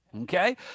Okay